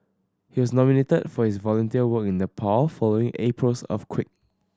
he was nominated for his volunteer work in Nepal following April's earthquake